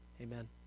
amen